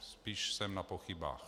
Spíš jsem na pochybách.